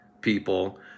people